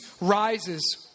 rises